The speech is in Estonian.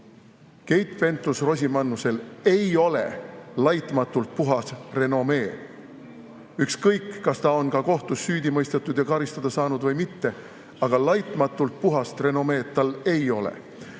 Keit Pentus-Rosimannusel ei ole laitmatult puhas renomee. Ükskõik, kas ta on kohtus süüdi mõistetud ja karistada saanud või mitte, aga laitmatult puhast renomeed tal ei ole.